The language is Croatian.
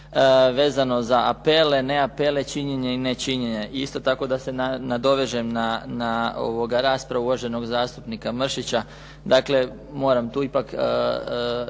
vezano za apele, neapele, činjenje i nečinjenje. I isto tako da se nadovežem na raspravu uvaženog zastupnika Mršića. Dakle, moram tu ipak